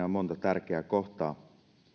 on monta tärkeää kohtaa